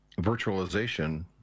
virtualization